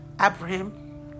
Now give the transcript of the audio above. Abraham